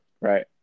Right